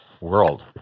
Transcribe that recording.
world